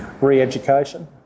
re-education